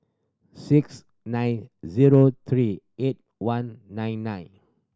six nine zero three eight one nine nine